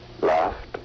laughed